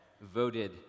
voted